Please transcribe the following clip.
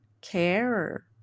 care